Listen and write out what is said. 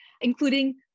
including